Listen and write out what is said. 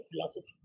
philosophy